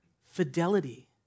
fidelity